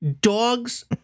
dogs